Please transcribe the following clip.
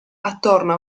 attorno